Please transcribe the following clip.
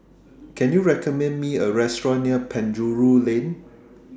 Can YOU recommend Me A Restaurant near Penjuru Lane